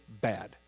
bad